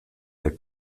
der